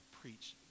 preach